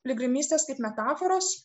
piligrimystės kaip metaforos